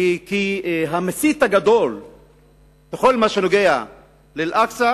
כי המסית הגדול בכל מה שקשור לאל-אקצא